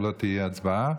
לא תהיה הצבעה.